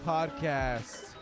Podcast